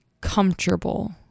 comfortable